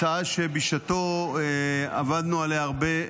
הצעה שבשעתו עבדנו עליה הרבה,